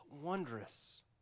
Wondrous